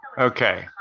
Okay